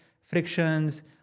frictions